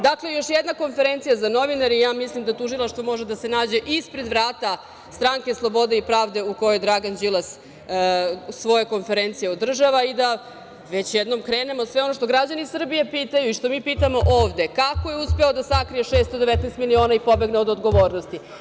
Dakle, još jedna konferencija za novinare i ja mislim da tužilaštvo može da se nađe ispred vrata Stranke slobode i pravde u kojoj Dragan Đilas svoje konferencije održava i da već jednom krenemo sve ono što građani Srbije pitaju i što mi pitamo ovde – kako je uspeo da sakrije 619 miliona i pobegne od odgovornosti.